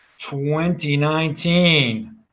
2019